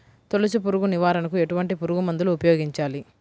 తొలుచు పురుగు నివారణకు ఎటువంటి పురుగుమందులు ఉపయోగించాలి?